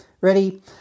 Ready